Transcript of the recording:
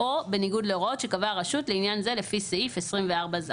או בניגוד להוראות שקבעה הרשות לעניין זה לפי סעיף 24(ז).